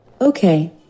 Okay